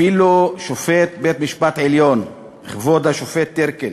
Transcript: אפילו שופט בית-המשפט העליון כבוד השופט טירקל,